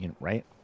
right